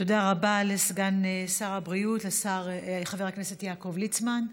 תודה רבה לסגן שר הבריאות חבר הכנסת יעקב ליצמן.